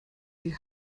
sie